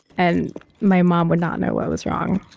and my mom would not know what was wrong.